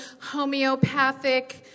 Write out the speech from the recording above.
homeopathic